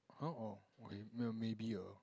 !huh! orh okay maybe lah